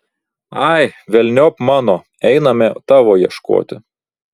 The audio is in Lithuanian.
ai velniop mano einame tavo ieškoti